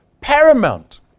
paramount